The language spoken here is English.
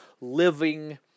living